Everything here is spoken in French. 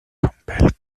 campbell